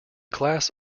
class